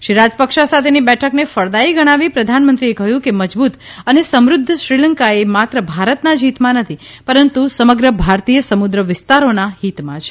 શ્રી રાજપક્ષા સાથેની બેઠકને ફળદાયી ગણાવી પ્રધાનમંત્રીએ કહ્યું કે મજબૂત અને સમૃદ્ધ શ્રીલંકા એ માત્ર ભારતના જ હિતમાં નથી પરંતુ સમગ્ર ભારતીય સમુદ્ર વિસ્તારોના હિતમાં છે